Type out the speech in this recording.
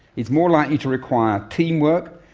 it's more likely to require teamwork,